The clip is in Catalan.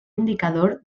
indicador